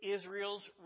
Israel's